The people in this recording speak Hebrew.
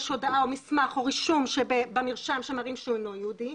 הודעה או מסמך או רישום מרשם שמראים שהוא אינו יהודי,